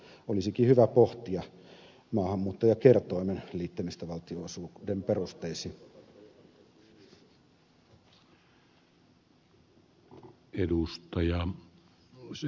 olisikin hyvä pohtia maahanmuuttajakertoimen liittämistä valtionosuuden perusteisiin